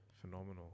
Phenomenal